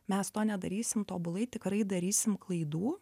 mes to nedarysim tobulai tikrai darysim klaidų